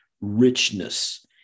richness